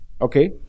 Okay